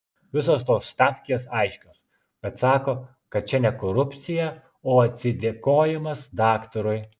visos tos stavkės aiškios bet sako kad čia ne korupcija o atsidėkojimas daktarui